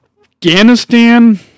Afghanistan